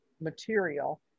material